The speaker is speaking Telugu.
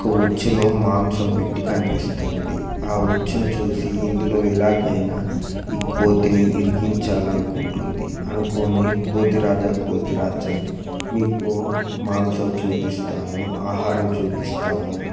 ఒక ఉచ్చులో మాంసం పెట్టి కనిపిస్తుంది ఆ ఉచ్చుని చూసి ఇందులో ఎలాగైనా ఈ కోతిని ఇరికించాలని అనుకుంటుంది అనుకొని కోతి రాజా కోతి రాజా మీకు మాంసం చూపిస్తాను ఆహారం చూపిస్తాను